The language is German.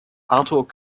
arthur